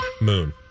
Moon